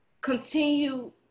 continue